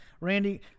Randy